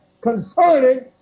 concerning